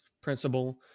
principle